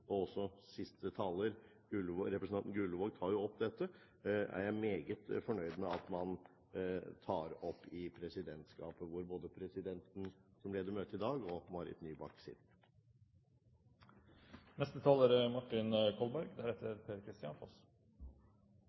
og også siste taler, representanten Gullvåg, tar jo opp dette – er jeg meget fornøyd med at man tar det opp i presidentskapet, hvor både presidenten som leder møtet i dag, og Marit Nybakk